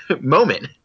moment